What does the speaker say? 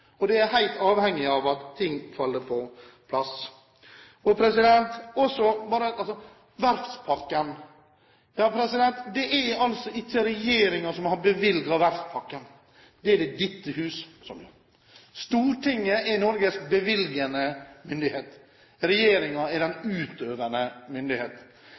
er helt avhengig av at ting faller på plass. Så til verftspakken. Det er altså ikke regjeringen som har bevilget verftspakken. Det er det dette hus som har gjort. Stortinget er Norges bevilgende myndighet. Regjeringen er den utøvende myndighet.